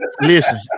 listen